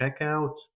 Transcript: checkout